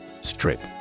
Strip